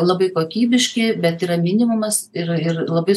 labai kokybiški bet yra minimumas ir ir labai